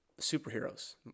superheroes